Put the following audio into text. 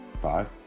Five